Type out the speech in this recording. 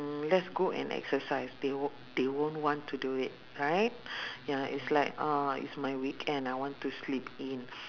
mm let's go and exercise they wo~ they won't want to do it right ya it's like uh it's my weekend I want to sleep in